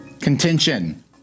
contention